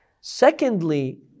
Secondly